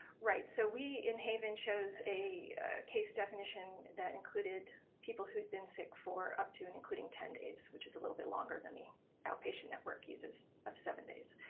right. so we in haven shows a case definition that included people who had been sick for up to and including ten days, which is a little bit longer than the outpatient network uses of seven days.